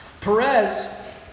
Perez